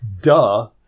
duh